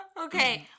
Okay